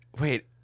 wait